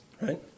right